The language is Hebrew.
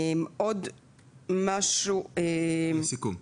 עוד משהו לסיכום.